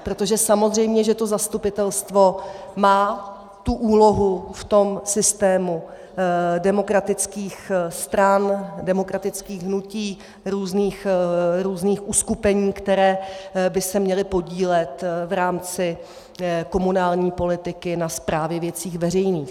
Protože samozřejmě zastupitelstvo má úlohu v tom systému demokratických stran, demokratických hnutí, různých uskupení, která by se měla podílet v rámci komunální politiky na správě věcí veřejných.